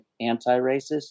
anti-racist